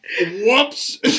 Whoops